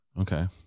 Okay